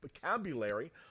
vocabulary